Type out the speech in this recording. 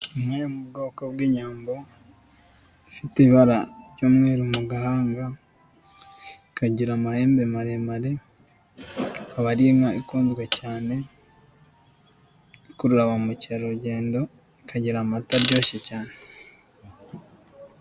Inka yo mu bwoko bw'inyambo, ifite ibara ry'umweru mu gahanga, ikagira amahembe maremare, ikaba ari inka ikunzwe cyane, ikurura ba mukerarugendo, ikagira amata aryoshye cyane.